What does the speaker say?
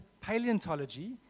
paleontology